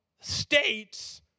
states